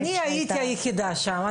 אני הייתי היחידה שם.